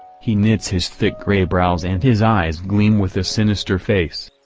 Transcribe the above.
he knits his thick grey brows and his eyes gleam with a sinister face.